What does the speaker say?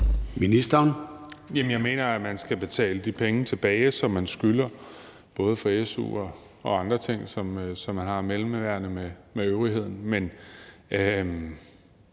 Jeg mener, at man skal betale de penge, man skylder, tilbage, både for su og andre ting, som man har et mellemværende med øvrigheden